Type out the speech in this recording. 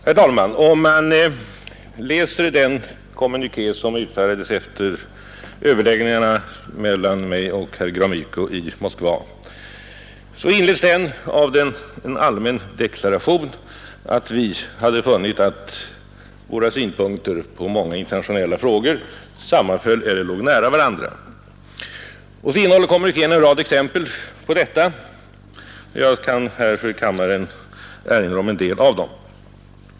Herr talman! Om man läser den kommuniké som utfärdades efter överläggningarna mellan mig och herr Gromyko i Moskva, finner man att den inleds med en allmän deklaration att vi hade funnit att våra synpunkter på många internationella frågor sammanföll eller låg nära varandra. Kommunikén innehåller en rad exempel på sådana frågor. Jag kan här erinra om en del av dem.